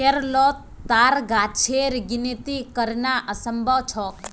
केरलोत ताड़ गाछेर गिनिती करना असम्भव छोक